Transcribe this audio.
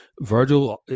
Virgil